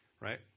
right